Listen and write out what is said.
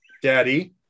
Daddy